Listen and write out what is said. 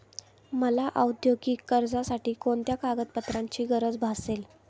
मला औद्योगिक कर्जासाठी कोणत्या कागदपत्रांची गरज भासेल?